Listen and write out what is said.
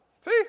See